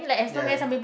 ya